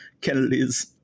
Kennedy's